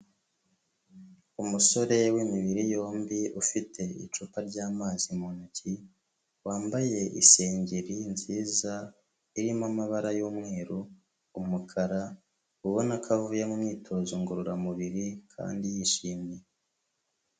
Umusore w'imibiri yombi ufite icupa ry'amazi mu ntoki, wambaye isengeri nziza irimo amabara y'umweru, umukara, ubona ko avuye mu myitozo ngororamubiri kandi yishimye.